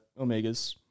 omegas